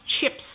chips